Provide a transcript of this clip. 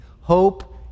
Hope